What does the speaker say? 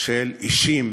של אישים